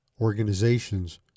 organizations